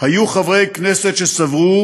היו חברי כנסת שסברו